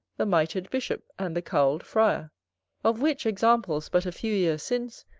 the mitred bishop and the cowled friar of which, examples, but a few years since,